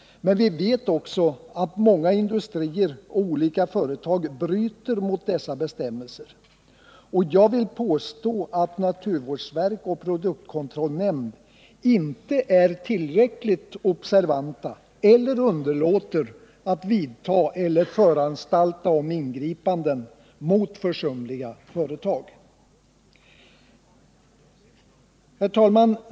Men vi vet också att många industrier och företag bryter mot dessa bestämmelser. Jag vill påstå att naturvårdsverket och produktkontrollnämnden inte är tillräckligt observanta utan underlåter att vidta eller föranstalta om ingripanden mot försumliga företag. Herr talman!